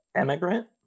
Immigrant